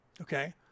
Okay